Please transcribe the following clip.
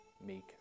meek